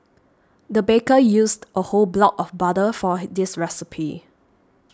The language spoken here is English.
the baker used a whole block of butter for this recipe